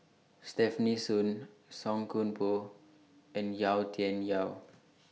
Stefanie Sun Song Koon Poh and Yau Tian Yau